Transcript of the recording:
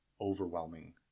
overwhelming